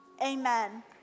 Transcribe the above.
amen